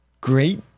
Great